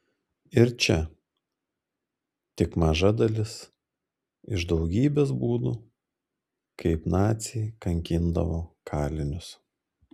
ir čia tik maža dalis iš daugybės būdų kaip naciai kankindavo kalinius